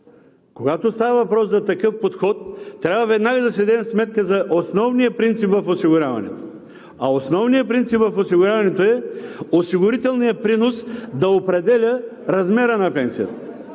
Когато става въпрос за такъв подход, трябва веднага да си дадем сметка за основния принцип в осигуряването. А основният принцип в осигуряването е осигурителният принос да определя размера на пенсията,